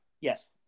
Yes